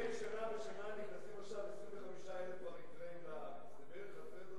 מדי שנה בשנה עכשיו נכנסים 25,000 אריתריאים לארץ.